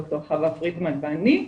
ד"ר חוה פרידמן ואני,